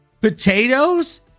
Potatoes